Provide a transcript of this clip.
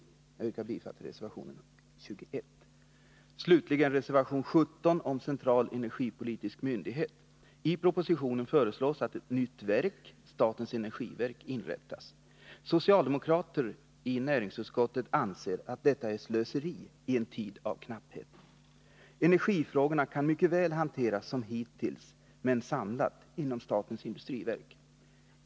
Jag yrkar bifall till reservation 21: Slutligen kommer jag till reservation 17 om central energipolitisk myndighet. I propositionen föreslås att ett nytt verk, statens energiverk, inrättas. Socialdemokrater i näringsutskottet anser att detta är slöseri i en tid av knapphet. Energifrågorna kan mycket väl hanteras som hittills, men samlat, inom statens industriverk.